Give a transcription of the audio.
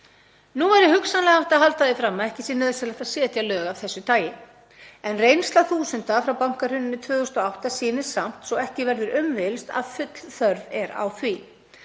Nú væri hugsanlega hægt að halda því fram að ekki sé nauðsynlegt að setja lög af þessu tagi en reynsla þúsunda frá bankahruninu 2008 sýnir samt, svo ekki verður um villst, að full þörf er á því.